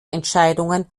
entscheidungen